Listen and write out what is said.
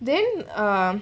then um